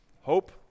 Hope